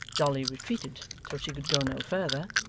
dolly retreated till she could go no farther,